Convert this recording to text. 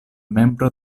membro